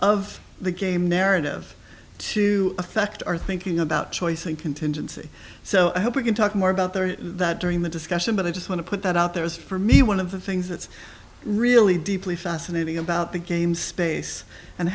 of the game narrative to affect our thinking about choice and contingency so i hope we can talk more about that during the discussion but i just want to put that out there is for me one of the things that's really deeply fascinating about the game space and